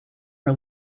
her